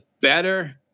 better